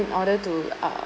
in order to uh